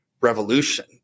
revolution